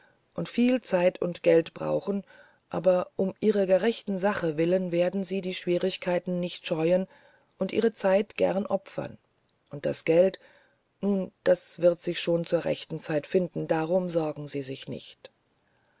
und viel zeit und geld brauchen aber um ihrer gerechten sache willen werden sie die schwierigkeit nicht scheuen und ihre zeit gern opfern und das geld nun das wird sich schon zur rechten zeit finden darum sorgen sie sich nicht